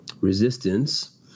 Resistance